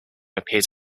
appeared